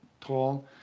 tall